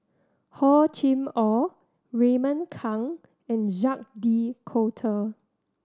Hor Chim Or Raymond Kang and Jacques De Coutre